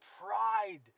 pride